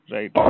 Right